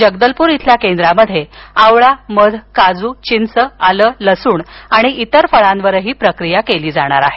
जगदलपूर इथल्या केंद्रामध्ये आवळा मध काजू चिंच आलं लसूण आणि इतर फळांवर प्रक्रिया केली जाणार आहे